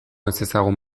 ezezagun